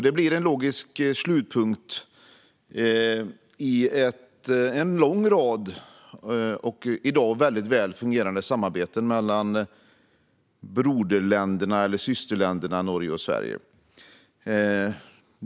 Det blir en logisk slutpunkt i en lång rad i dag väldigt väl fungerande samarbeten mellan broderländerna eller systerländerna Norge och Sverige.